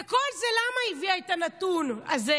וכל זה, למה היא הביאה את הנתון הזה?